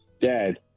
Dad